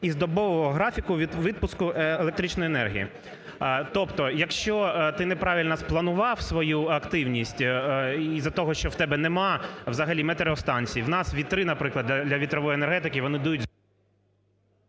із добового графіку відпуску електричної енергії. Тобто, якщо ти неправильно спланував свою активність із-за того, що в тебе немає взагалі метереостанцій, в нас вітри, наприклад, для вітрової енергетики, вони дують…